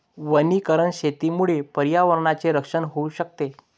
वनीकरण शेतीमुळे पर्यावरणाचे रक्षण होऊ शकते